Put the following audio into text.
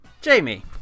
Jamie